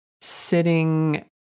sitting